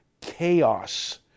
chaos